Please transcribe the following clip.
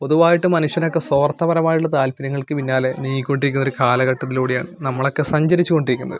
പൊതുവായിട്ട് മനുഷ്യനൊക്കെ സ്വാർഥ പരമായുള്ള താല്പര്യങ്ങൾക്ക് പിന്നാലെ നീങ്ങിക്കൊണ്ടിരിക്കുന്നൊരു കാലഘട്ടത്തിലൂടെയാണ് നമ്മളൊക്കെ സഞ്ചരിച്ചുകൊണ്ടിരിക്കുന്നത്